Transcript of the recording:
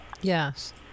Yes